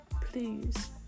please